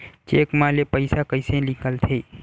Cheque म ले पईसा कइसे निकलथे?